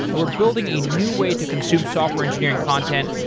we're building a new way to consume software engineering content.